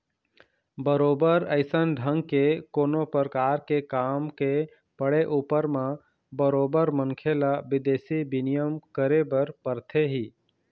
बरोबर अइसन ढंग के कोनो परकार के काम के पड़े ऊपर म बरोबर मनखे ल बिदेशी बिनिमय करे बर परथे ही